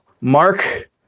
Mark